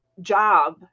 job